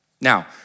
Now